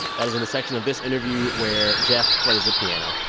that is in the section of this interview where jeff plays the piano.